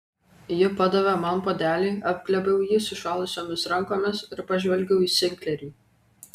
ji padavė man puodelį apglėbiau jį sušalusiomis rankomis ir pažvelgiau į sinklerį